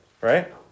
right